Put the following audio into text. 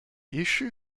issue